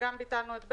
וגם ביטלנו את (ב).